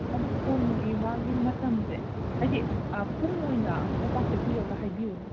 ꯑꯗꯨ ꯐꯣꯟꯒꯤ ꯃꯥꯒꯤ ꯃꯇꯝꯁꯦ ꯍꯥꯏꯗꯤ ꯄꯨꯡ ꯑꯣꯏꯅ ꯑꯃꯇ ꯄꯥꯊꯣꯛꯄꯤꯔꯒ ꯍꯥꯏꯕꯤꯌꯨꯅꯦ